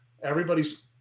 Everybody's